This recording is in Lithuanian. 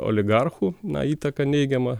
oligarchų na įtaka neigiama